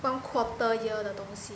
one quarter year 的东西